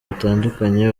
batandukanye